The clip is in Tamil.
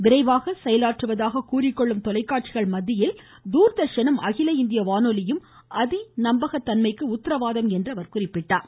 விரைவாக செயலாற்றுவதாக கூறிக்கொள்ளும் தொலைக்காட்சிகள் மத்தியில் தூர்தர்ஷனும் அகில இந்திய வானொலியும் அதி நம்பகத்தன்மைக்கு உத்தரவாதம் என்றார்